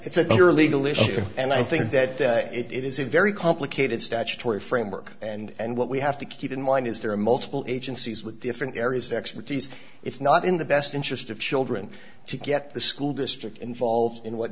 bigger legal issue and i think that it is a very complicated statutory framework and what we have to keep in mind is there are multiple agencies with different areas of expertise it's not in the best interest of children to get the school district involved in what